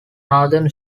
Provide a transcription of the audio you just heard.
northern